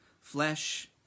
flesh